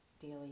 daily